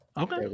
Okay